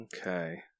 Okay